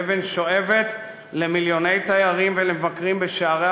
אבן שואבת למיליוני תיירים ולמבקרים בשעריה